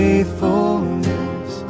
Faithfulness